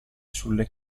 sulle